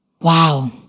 Wow